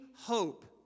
hope